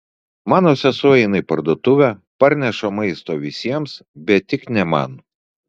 mano sesuo eina į parduotuvę parneša maisto visiems bet tik ne man